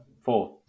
Four